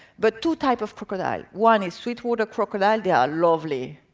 but two types of crocodile. one is sweetwater crocodile, they are lovely.